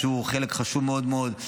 שהוא חלק חשוב מאוד מאוד.